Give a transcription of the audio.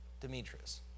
Demetrius